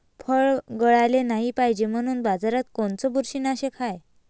फळं गळाले नाही पायजे म्हनून बाजारात कोनचं बुरशीनाशक हाय?